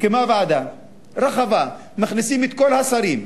היא מקימה ועדה רחבה ומכניסים את כל השרים.